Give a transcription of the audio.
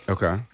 Okay